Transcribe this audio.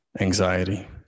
Anxiety